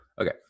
Okay